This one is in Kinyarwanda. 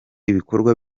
ibikorwa